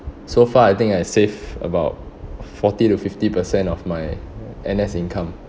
so far I think I save about forty to fifty percent of my N_S income